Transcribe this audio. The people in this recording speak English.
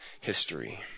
history